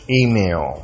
email